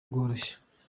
bworoshye